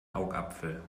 augapfel